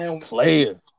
player